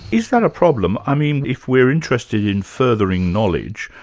is that a problem? i mean, if we're interested in furthering knowledge,